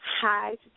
Hi